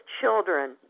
children